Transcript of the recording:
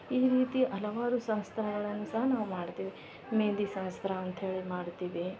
ಈ ರೀತಿ ಹಲವಾರು ಶಾಸ್ತ್ರಗಳನ್ನು ಸಹ ನಾವು ಮಾಡ್ತೀವಿ ಮೆಹೆಂದಿ ಶಾಸ್ತ್ರ ಅಂಥೇಳಿ ಮಾಡ್ತೀವಿ